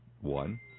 One